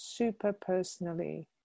superpersonally